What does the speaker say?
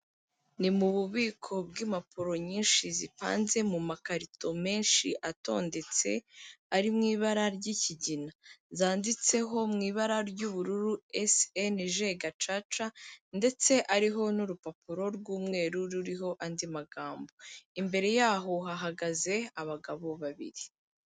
Ni mu bubiko bw'impapuro nyinshi zipanze mu makarito menshi atondetse, ari mu ibara ry'ikigina, zanditseho mu ibara ry'ubururu SNG Gacaca ndetse ariho n'urupapuro rw'umweru ruriho andi magambo, imbere yaho hahagaze abagabo babiri.